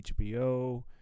HBO